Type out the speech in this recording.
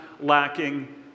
lacking